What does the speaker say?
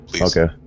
Okay